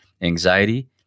anxiety